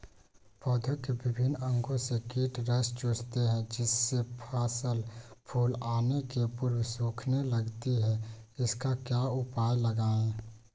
पौधे के विभिन्न अंगों से कीट रस चूसते हैं जिससे फसल फूल आने के पूर्व सूखने लगती है इसका क्या उपाय लगाएं?